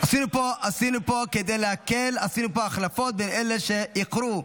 עשינו פה החלפות עם אלה שאיחרו,